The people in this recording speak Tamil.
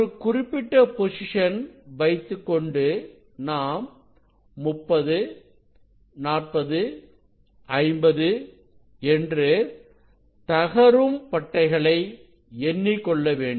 ஒரு குறிப்பிட்ட பொசிஷன் வைத்துக்கொண்டு நாம் 304050 என்று தகரும் பட்டைகளை எண்ணிக்கொள்ள வேண்டும்